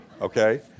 Okay